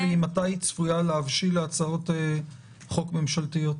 מתי היא צפויה להבשיל להצעות חוק ממשלתיות?